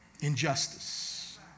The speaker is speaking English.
injustice